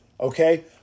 okay